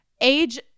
age